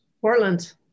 Portland